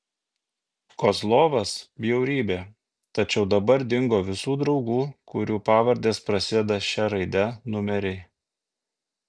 kozlovas bjaurybė tačiau dabar dingo visų draugų kurių pavardės prasideda šia raide numeriai